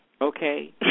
okay